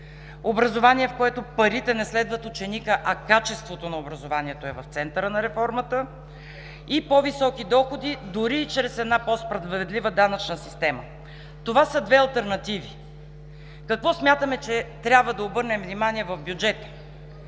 образование, в което парите не следват ученика, а качеството на образованието е в центъра на реформата, и по-високи доходи дори и чрез една по-справедлива данъчна система. Това са две алтернативи. На какво смятаме, че трябва да обърнем внимание в бюджета?